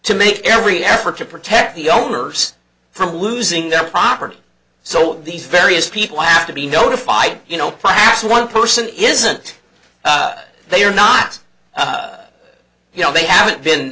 to make every effort to protect the owners from losing their property so these various people have to be notified you know perhaps one person isn't they are not you know they haven't been